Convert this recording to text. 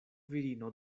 virino